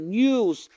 news